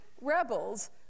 rebels